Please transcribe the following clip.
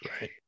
Right